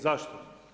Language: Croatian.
Zašto?